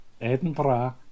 Edinburgh